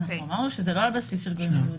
אמרנו שזה לא על בסיס של גויים ויהודים.